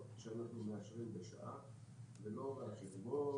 שאנחנו מאשרים בשעה וזה לא בא על חשבון,